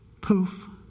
Poof